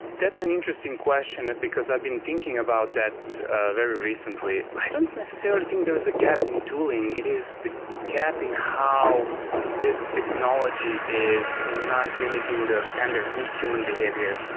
that's an interesting question, because i've been thinking about that very recently. i don't necessarily think there is a gap in tooling. it is the gap in how this technology is not mimicking the standard human behavior.